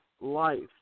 life